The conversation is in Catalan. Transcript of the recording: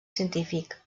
científic